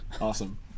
Awesome